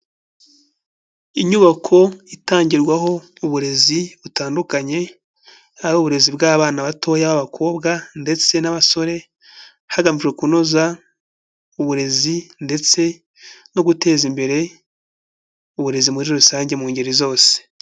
Inyubako itangirwaho uburezi butandukanye iyo ari uburezi bw'abana batoya b'abakobwa ndetse n'abasore, hagamijwe kunoza uburezi ndetse no guteza imbere uburezi muri rusange mu ngeri zose.